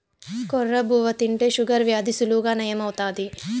కొర్ర బువ్వ తింటే షుగర్ వ్యాధి సులువుగా నయం అవుతాది